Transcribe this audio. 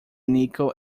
nickel